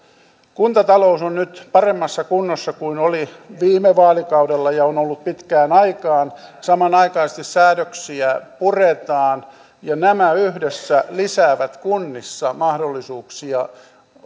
kuntatalous on nyt paremmassa kunnossa kuin oli viime vaalikaudella ja on ollut pitkään aikaan samanaikaisesti säädöksiä puretaan ja nämä yhdessä lisäävät kunnissa mahdollisuuksia